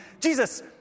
Jesus